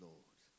Lord